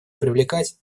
привлекать